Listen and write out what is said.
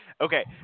Okay